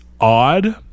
odd